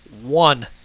one